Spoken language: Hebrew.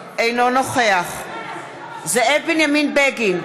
אינו נוכח זאב בנימין בגין,